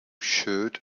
shirt